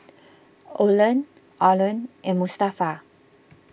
Olan Arlan and Mustafa